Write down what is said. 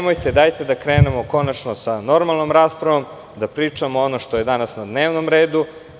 Dajte da krenemo konačno sa normalnom raspravom, da pričamo ono što je danas na dnevnom redu.